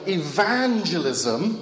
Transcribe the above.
evangelism